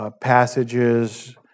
Passages